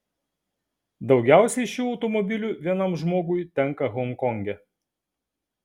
daugiausiai šių automobilių vienam žmogui tenka honkonge